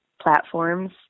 platforms